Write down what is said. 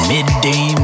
Midday